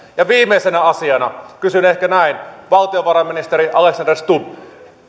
viimeisenä asian kysyn ehkä näin valtiovarainministeri alexander stubb